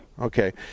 Okay